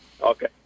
Okay